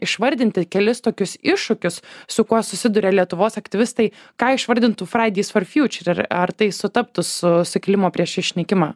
išvardinti kelis tokius iššūkius su kuo susiduria lietuvos aktyvistai ką išvardintų fridays for future ar ar tai sutaptų su sukilimo prieš išnykimą